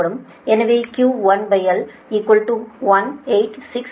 எனவே QL1 1867